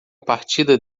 partida